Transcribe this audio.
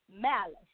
malice